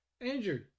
Andrew